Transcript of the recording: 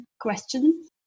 questions